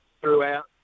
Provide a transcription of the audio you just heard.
throughout